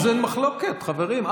אז אין מחלוקת, חברים.